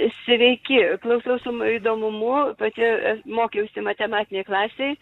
sveiki klausau su įdomumu pati mokiausi matematinėj klasėj